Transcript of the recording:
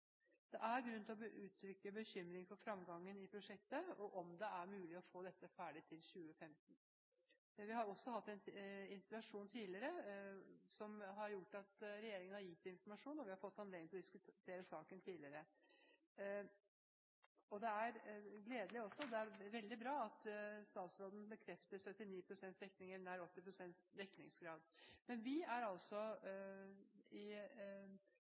Det er grunn til å uttrykke bekymring for fremgangen i prosjektet, og om det er mulig å få det ferdig til 2015. Tidligere har vi også hatt en interpellasjon som har gjort at regjeringen har gitt informasjon, og at vi har fått anledning til å diskutere saken. Det er også gledelig og veldig bra at statsråden bekrefter nær 80 pst. dekningsgrad. Men vi i opposisjonen er altså